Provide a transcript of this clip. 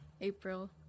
April